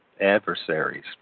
adversaries